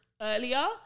earlier